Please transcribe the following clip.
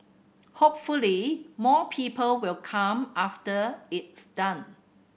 hopefully more people will come after it's done